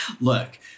Look